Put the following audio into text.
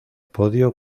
podio